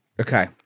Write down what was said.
Okay